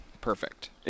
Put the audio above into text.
perfect